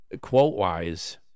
Quote-wise